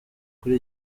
kuri